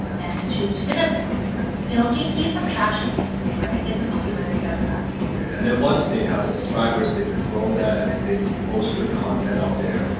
and to to kind of yeah you know gain some traction, basically, like get some popularity out of that. okay and then once they have the subscribers, they could grow that and if they post good content out there,